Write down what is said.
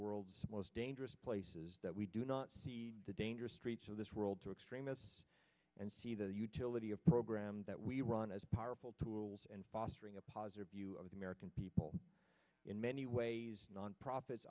world's most dangerous places that we do not see the dangerous streets of this world to extremists and see the utility of programs that we run as powerful tools and fostering a positive view of the american people in many ways non profits